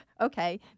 okay